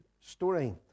story